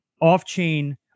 off-chain